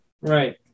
Right